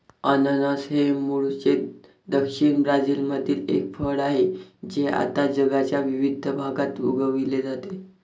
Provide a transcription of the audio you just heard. अननस हे मूळचे दक्षिण ब्राझीलमधील एक फळ आहे जे आता जगाच्या विविध भागात उगविले जाते